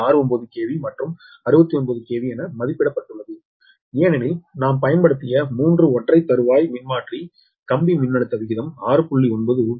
9 KV மற்றும் 69 KV என மதிப்பிடப்பட்டுள்ளது ஏனெனில் நாம் பயன்படுத்திய மூன்று ஒற்றை தறுவாய் மின்மாற்றி கம்பி மின்னழுத்த விகிதம் 6